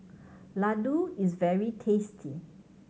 Ladoo is very tasty